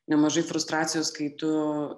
nemažai frustracijos kai tu